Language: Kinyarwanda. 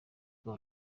kuba